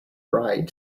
bride